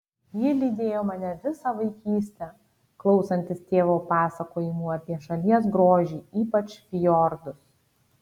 ji lydėjo mane visą vaikystę klausantis tėvo pasakojimų apie šalies grožį ypač fjordus